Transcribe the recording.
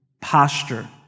posture